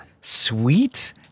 sweet